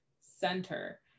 center